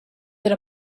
that